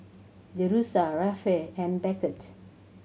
Jerusha Rafe and Beckett